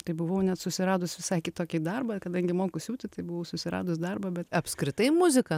tai buvau net susiradus visai kitokį darbą kadangi moku siūti tai buvau susiradus darbą bet apskritai muzika